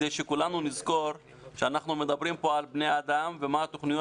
כדי שכולנו נזכור שאנחנו מדברים פה על בני אדם ומה התוכניות